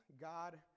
God